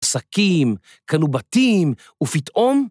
שקים, קנו בתים ופתאום?